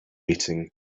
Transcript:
eating